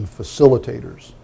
facilitators